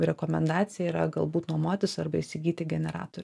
rekomendacija yra galbūt nuomotis arba įsigyti generatorių